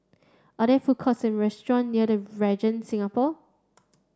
are there food courts and restaurant near the Regent Singapore